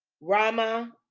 Rama